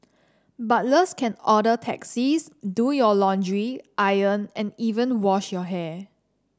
butlers can order taxis do your laundry iron and even wash your hair